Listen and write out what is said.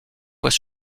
fois